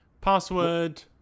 password